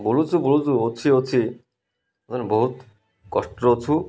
ବଲୁଛୁ ବଲୁଛୁ ଅଛି ଅଛି ବହୁତ କଷ୍ଟରେ ଅଛୁ